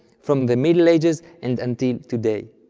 from the middle ages and until today.